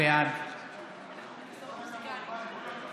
בעד